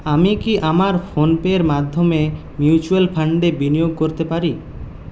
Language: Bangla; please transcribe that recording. আমি কি আমার ফোনপে এর মাধ্যমে মিউচুয়াল ফান্ডে বিনিয়োগ করতে পারি